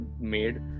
made